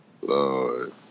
Lord